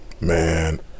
Man